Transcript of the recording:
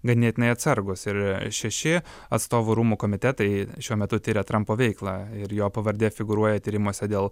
ganėtinai atsargūs ir šeši atstovų rūmų komitetai šiuo metu tiria trampo veiklą ir jo pavardė figūruoja tyrimuose dėl